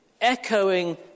echoing